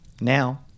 Now